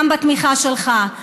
גם בתמיכה שלך.